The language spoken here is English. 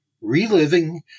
Reliving